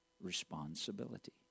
Responsibility